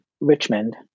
Richmond